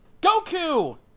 Goku